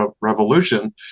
revolution